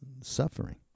suffering